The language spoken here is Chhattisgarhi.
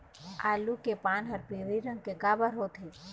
आलू के पान हर पिवरी रंग के काबर होथे?